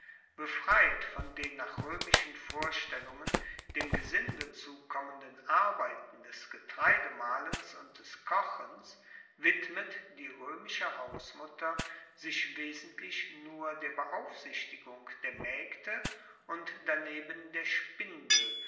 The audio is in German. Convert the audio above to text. befreit von den nach roemischen vorstellungen dem gesinde zukommenden arbeiten des getreidemahlens und des kochens widmet die roemische hausmutter sich wesentlich nur der beaufsichtigung der maegde und daneben der spindel